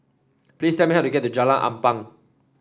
please tell me how to get to Jalan Ampang